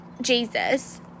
Jesus